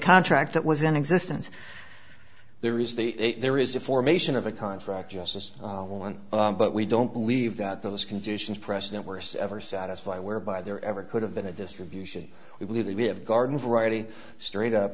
contract that was in existence there is the there is the formation of a contract just this one but we don't believe that those conditions precedent worst ever satisfy whereby there ever could have been a distribution we believe that we have garden variety straight up